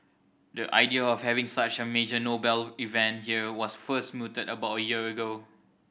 the idea of having such a major Nobel event here was first mooted about a year ago